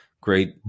Great